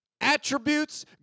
attributes